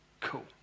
Cool